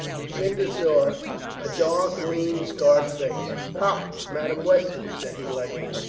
lucinda saw a dark, lean, scarred face. ha, madame weston, says he lightly.